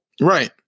Right